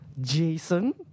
Jason